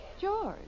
George